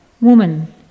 Woman